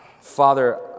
Father